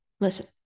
Listen